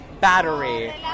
battery